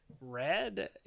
red